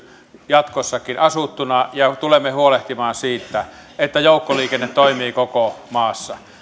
jatkossakin asuttuna ja tulemme huolehtimaan siitä että joukkoliikenne toimii koko maassa